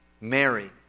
Mary